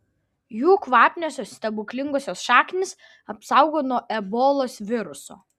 jų kvapniosios stebuklingosios šaknys apsaugo nuo ebolos viruso